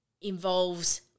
involves